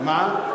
מה?